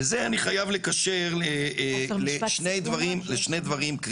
וזה, אני חייב לקשר לשני דברים קריטיים.